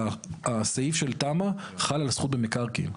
הסעיף של תמ"א חל על הזכות במקרקעין.